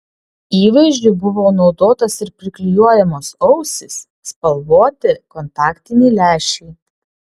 įvaizdžiui buvo naudotos ir priklijuojamos ausys spalvoti kontaktiniai lęšiai